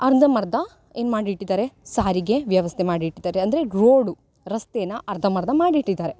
ಅರ್ಧಂಬರ್ಧ ಏನು ಮಾಡಿಟ್ಟಿದ್ದಾರೆ ಸಾರಿಗೆ ವ್ಯವಸ್ಥೆ ಮಾಡಿಟ್ಟಿದ್ದಾರೆ ಅಂದರೆ ರೋಡು ರಸ್ತೆನ ಅರ್ಧಂಬರ್ಧ ಮಾಡಿಟ್ಟಿದ್ದಾರೆ